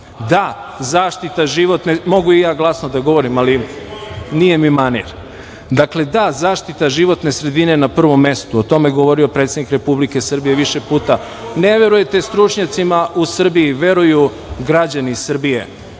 da, zaštita životne sredine je na prvom mestu, o tome je govorio predsednik Republike Srbije više puta. Ne verujete stručnjacima u Srbiji, veruju građani Srbije,